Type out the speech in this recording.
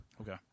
Okay